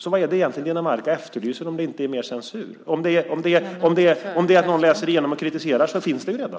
Så vad är det egentligen som Rossana Dinamarca efterlyser om inte mer censur? Om hon efterlyser att någon ska läsa igenom och kritisera så finns ju det redan.